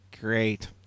great